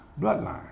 bloodline